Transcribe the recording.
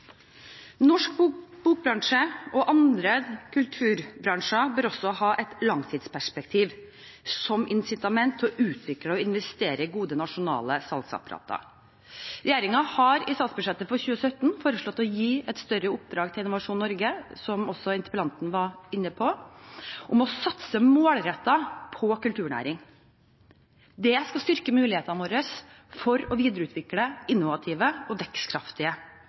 Norsk bokbransje og andre kulturbransjer bør også ha et langtidsperspektiv, som incitament til å utvikle og investere i gode nasjonale salgsapparater. Regjeringen har i statsbudsjettet for 2017 foreslått å gi et større oppdrag til Innovasjon Norge, som også interpellanten var inne på, om å satse målrettet på kulturnæring. Det skal styrke mulighetene våre for å videreutvikle innovative og vekstkraftige